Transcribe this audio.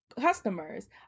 Customers